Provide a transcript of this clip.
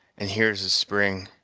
and here is the spring.